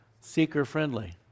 seeker-friendly